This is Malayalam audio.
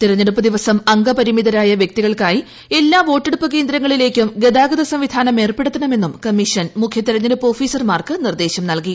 തെരഞ്ഞെടുപ്പ് ദിവസം അംഗപരിമിതരായി വൃക്തികൾക്കായി എല്ലാ വോട്ടെടുപ്പ് കേന്ദ്രങ്ങളിലേയ്ക്കും ഗതാഗത സംവിധാനം ഏർപ്പെടുത്തണമെന്നും കമ്മീഷൻ മുഖ്യ തെരഞ്ഞെടുപ്പ് ഓഫീസർമാർക്ക് നിർദ്ദേശം നൽകി